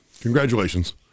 Congratulations